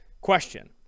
question